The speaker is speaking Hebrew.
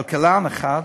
כלכלן אחד,